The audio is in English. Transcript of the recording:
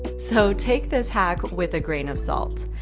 and so take this hack with a grain of salt.